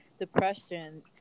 depression